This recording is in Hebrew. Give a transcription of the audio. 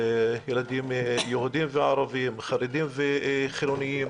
ילדים יהודים וערבים, חרדים וחילונים.